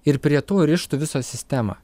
ir prie to rištų visą sistemą